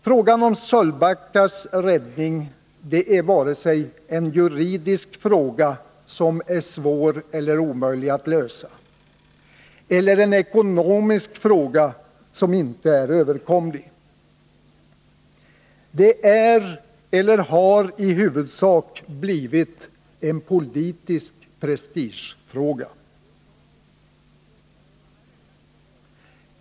Frågan om Sölvbackas räddning är varken en juridisk fråga som är svår eller omöjlig att lösa eller en ekonomisk fråga som inte är överkomlig, utan 67 den är eller har i huvudsak blivit en politisk prestigefråga.